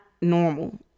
normal